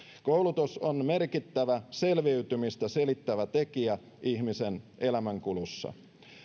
koulutus on merkittävä selviytymistä selittävä tekijä ihmisen elämänkulussa